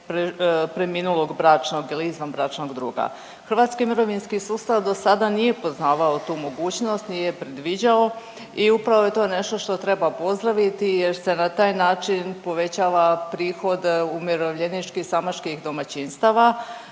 preminulog bračnog ili izvanbračnog druga. Hrvatski mirovinski sustav do sada nije poznavao tu mogućnost i nije je predviđao i upravo je to nešto što treba pozdraviti jer se na taj način povećava prihod umirovljeničkih samačkih domaćinstava.